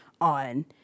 on